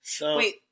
Wait